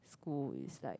school is like